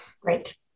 Great